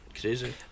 crazy